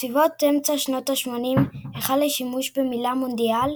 בסביבות אמצע שנות השמונים החל השימוש במילה מונדיאל,